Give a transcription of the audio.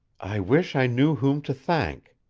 i wish i knew whom to thank.